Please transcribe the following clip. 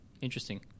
Interesting